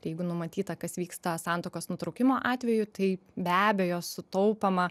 tai jeigu numatyta kas vyksta santuokos nutraukimo atveju tai be abejo sutaupoma